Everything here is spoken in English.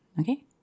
Okay